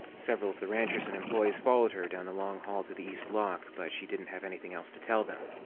several of the ranchers and employees followed her down the long hall to the east lock, but she didn't have anything else to tell them.